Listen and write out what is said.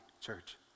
church